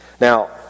Now